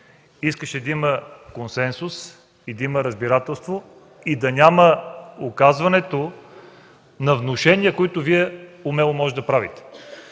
искаше да има консенсус, разбирателство и да няма оказването на внушения, които Вие умело можете да правите.